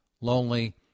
lonely